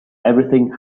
everything